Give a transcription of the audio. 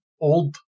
old